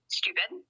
stupid